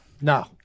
no